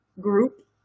group